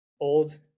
old